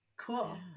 Cool